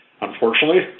Unfortunately